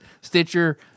Stitcher